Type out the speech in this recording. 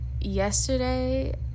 yesterday